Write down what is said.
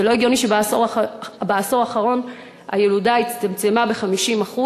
זה לא הגיוני שבעשור האחרון הילודה הצטמצמה ב-50%,